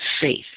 faith